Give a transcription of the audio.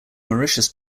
mauritius